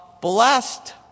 blessed